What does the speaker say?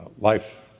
life